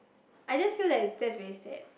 I just feel that that's very sad